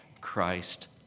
Christ